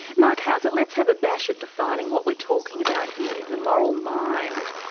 marc hauser, let's have a bash at defining what we're talking about here, the moral mind.